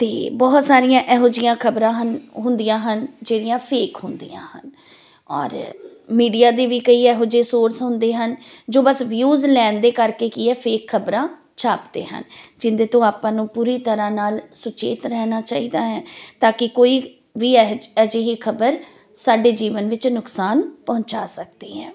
ਅਤੇ ਬਹੁਤ ਸਾਰੀਆਂ ਇਹੋ ਜਿਹੀਆਂ ਖ਼ਬਰਾਂ ਹਨ ਹੁੰਦੀਆਂ ਹਨ ਜਿਹੜੀਆਂ ਫੇਕ ਹੁੰਦੀਆਂ ਹਨ ਔਰ ਮੀਡੀਆ ਦੀ ਵੀ ਕਈ ਇਹੋ ਜਿਹੇ ਸੋਰਸ ਹੁੰਦੇ ਹਨ ਜੋ ਬਸ ਵਿਊਜ਼ ਲੈਣ ਦੇ ਕਰਕੇ ਕੀ ਹੈ ਫੇਕ ਖ਼ਬਰਾਂ ਛਾਪਦੇ ਹਨ ਜਿਹਦੇ ਤੋਂ ਆਪਾਂ ਨੂੰ ਪੂਰੀ ਤਰ੍ਹਾਂ ਨਾਲ ਸੁਚੇਤ ਰਹਿਣਾ ਚਾਹੀਦਾ ਹੈ ਤਾਂ ਕਿ ਕੋਈ ਵੀ ਇਹੋ ਅਜਿਹੀ ਖ਼ਬਰ ਸਾਡੇ ਜੀਵਨ ਵਿੱਚ ਨੁਕਸਾਨ ਪਹੁੰਚਾ ਸਕਦੀ ਹੈ